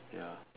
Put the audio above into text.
ya